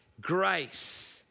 Grace